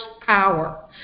power